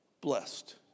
blessed